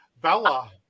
Bella